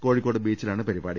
കോഴിക്കോട് ബീച്ചി ലാണ് പരിപാടി